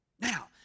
Now